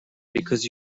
because